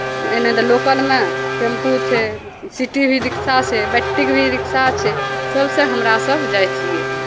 एना तऽ लोकलमे टेम्पू छै सिटी भी रिक्शा छै बैट्रिक भी रिक्शा छै सभसँ हमरासभ जाइ छियै